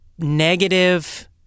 negative